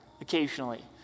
occasionally